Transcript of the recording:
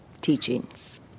teachings